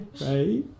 Right